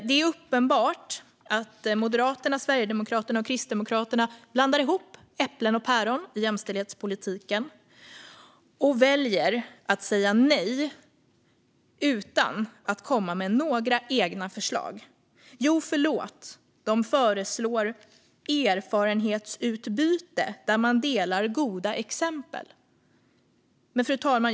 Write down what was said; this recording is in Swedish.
Det är uppenbart att Moderaterna, Sverigedemokraterna och Kristdemokraterna blandar ihop äpplen och päron i jämställdhetspolitiken och väljer att säga nej utan att komma med några egna förslag. Jo, förlåt - de föreslår erfarenhetsutbyte där man delar goda exempel. Subsidiaritetsprövning av kommissionens förslag till direktiv om bindande åtgärder för transparens i löne-sättningen Fru talman!